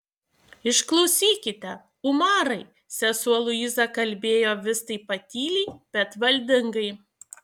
išklausykite umarai sesuo luiza kalbėjo vis taip pat tyliai bet valdingai